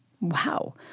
Wow